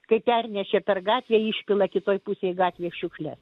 kai pernešę per gatvę išpila kitoj pusėj gatvės šiukšles